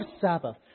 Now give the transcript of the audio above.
Sabbath